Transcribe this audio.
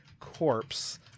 corpse